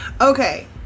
Okay